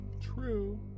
True